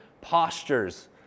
postures